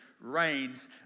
reigns